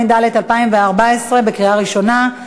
התשע"ד 2014, לקריאה ראשונה.